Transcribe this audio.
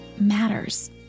matters